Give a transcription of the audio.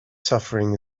suffering